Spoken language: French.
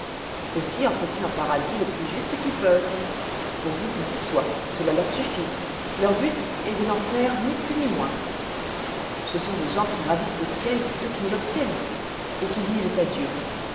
aussi ils entrent en paradis le plus juste qu'ils peuvent pourvu qu'ils y soient cela leur suffit leur but est de n'en faire ni plus ni moins ce sont des gens qui ravissent le ciel plutôt qu'ils ne l'obtiennent et qui disent à dieu